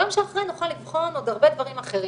ביום שאחרי נוכל לבחון עוד הרבה דברים אחרים,